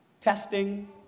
testing